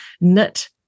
knit